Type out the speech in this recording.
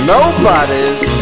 Nobody's